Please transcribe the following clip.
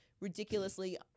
ridiculously